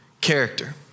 character